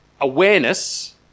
awareness